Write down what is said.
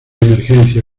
emergencia